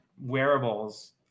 wearables